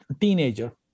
teenager